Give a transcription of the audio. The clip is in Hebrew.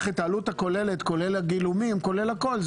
את העלות הכוללת כולל הגילומים וכולל הכול,